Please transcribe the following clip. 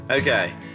okay